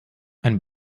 einen